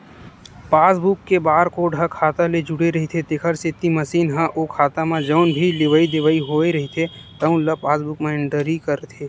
passbook के barcode ह खाता ले जुड़े रहिथे तेखर सेती मसीन ह ओ खाता म जउन भी लेवइ देवइ होए रहिथे तउन ल पासबूक म एंटरी करथे